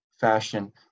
fashion